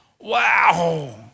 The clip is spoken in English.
wow